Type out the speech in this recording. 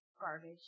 garbage